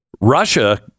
Russia